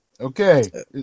Okay